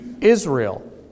Israel